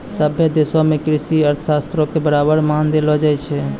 सभ्भे देशो मे कृषि अर्थशास्त्रो के बराबर मान देलो जाय छै